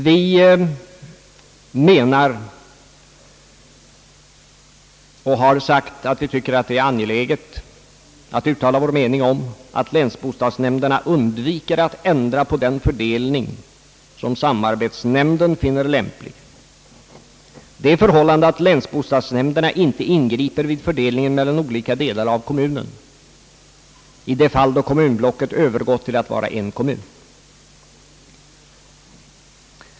Vi tycker — vilket vi också har anfört — att det är angeläget att uttala att länsbostadsnämnderna undviker att ändra på den fördelning som samarbetsnämnden finner lämplig. Det förhållandet att länsbostadsnämnderna inte ingriper vid fördelningen mellan olika delar av kommunen i de fall när kommunblocket övergått till att vara en kommun bör också gälla i fortsättningen.